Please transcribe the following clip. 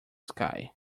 sky